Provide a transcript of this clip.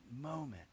moment